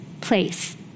place